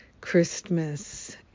Christmas